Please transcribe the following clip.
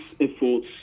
efforts